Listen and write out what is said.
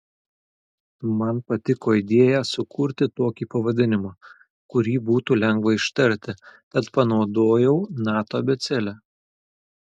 man patiko idėja sukurti tokį pavadinimą kurį būtų lengva ištarti tad panaudojau nato abėcėlę